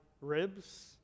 ribs